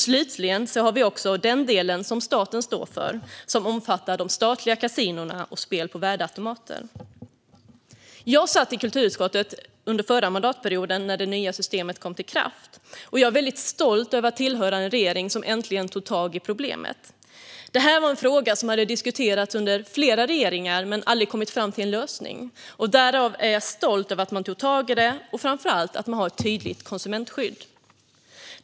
Slutligen har vi också den del som staten står för, som omfattar de statliga casinona och spel på värdeautomater. Jag satt i kulturutskottet under förra mandatperioden, när det nya systemet trädde i kraft. Jag är väldigt stolt över att tillhöra en regering som äntligen tog tag i problemet. Detta var en fråga som hade diskuterats under flera regeringar, men man hade aldrig kommit fram till någon lösning. Därför är jag stolt över att man tog tag i det och framför allt över att man har ett tydligt konsumentskydd.